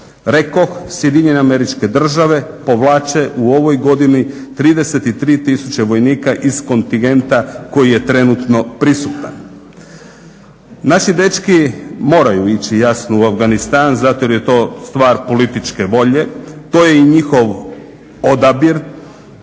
Rekoh SAD države povlače u ovoj godini 33000 vojnika iz kontingenta koji je trenutno prisutan. Naši dečki moraju ići jasno u Afganistan zato jer je to stvar političke volje, to je i njihov odabir.